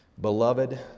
Beloved